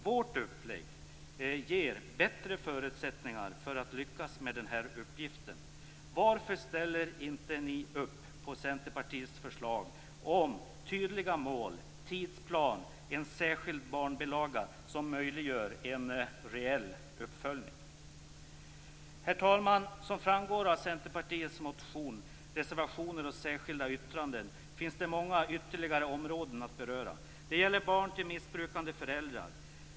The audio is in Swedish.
Vårt upplägg ger bättre förutsättningar att lyckas med denna uppgift. Varför ställer ni inte upp på Centerpartiets förslag om tydliga mål, en tidsplan och en särskild barnbilaga som möjliggör en reell uppföljning? Herr talman! Som framgår av Centerpartiets motion, reservationer och särskilda yttranden finns det många ytterligare områden att beröra. Det gäller barn till missbrukande föräldrar.